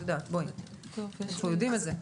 אנחנו יודעים את זה.